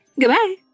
Goodbye